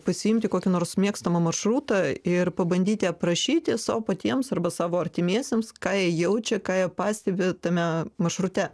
pasiimti kokį nors mėgstamą maršrutą ir pabandyti aprašyti sau patiems arba savo artimiesiems ką jie jaučia ką jie pastebi tame maršrute